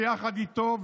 ביחד איתו,